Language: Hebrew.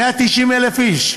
190,000 איש.